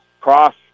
Cross